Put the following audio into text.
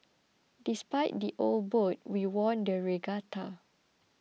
despite the old boat we won the regatta